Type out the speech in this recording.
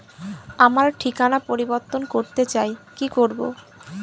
আমার ঠিকানা পরিবর্তন করতে চাই কী করব?